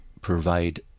provide